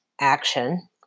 action